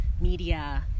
media